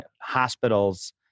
hospitals